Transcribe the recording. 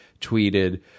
tweeted